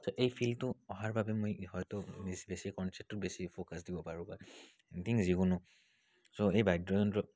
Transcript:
ছ' এই ফিলটো অহাৰ বাবে মই হয়তো বেছি কনচেপ্টটো বেছি ফ'কাছ দিব পাৰোঁ বা এনিথিং যিকোনো ছ' এই বাদ্যযন্ত্ৰ